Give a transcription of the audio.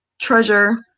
treasure